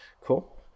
Cool